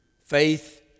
faith